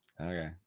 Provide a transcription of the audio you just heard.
okay